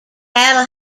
cattle